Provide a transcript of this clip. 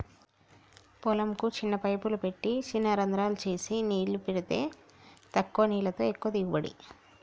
పొలం కు చిన్న పైపులు పెట్టి చిన రంద్రాలు చేసి నీళ్లు పెడితే తక్కువ నీళ్లతో ఎక్కువ దిగుబడి